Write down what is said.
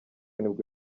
nibwo